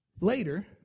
later